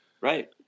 Right